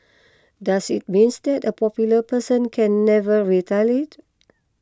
does it means that a popular person can never retaliate